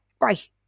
right